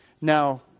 Now